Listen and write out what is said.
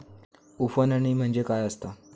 उफणणी म्हणजे काय असतां?